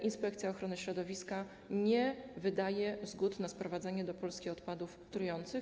Inspekcja Ochrony Środowiska nie wydaje zgód na sprowadzanie do Polski odpadów trujących.